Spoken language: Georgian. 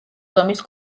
ზომის